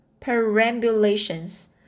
perambulations